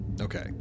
okay